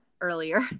earlier